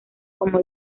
como